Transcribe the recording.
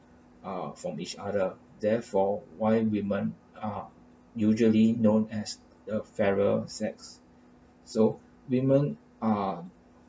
uh from each other therefore why women are usually known as the fairer sex so women are